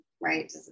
right